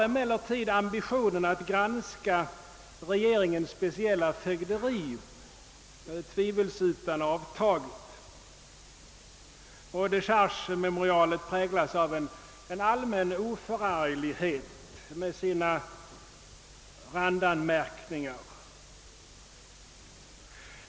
Emellertid har ambitionen att granska regeringens speciella fögderi tvivelsutan avtagit, och memorialet präglas av en allmän oförarglighet med sina randanmärkningar.